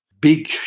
big